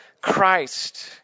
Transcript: Christ